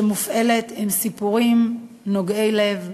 עם סיפורים נוגעים ללב,